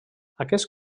aquest